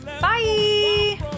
bye